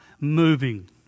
moving